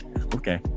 okay